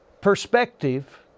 Perspective